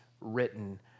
written